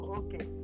okay